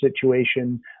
situation